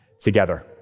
together